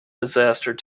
disaster